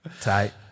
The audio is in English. Tight